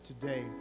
today